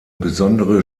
besondere